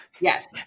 Yes